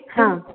हां